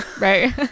right